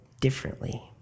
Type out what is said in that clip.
differently